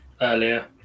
earlier